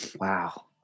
Wow